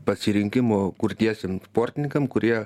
pasirinkimo kurtiesiem sportininkam kurie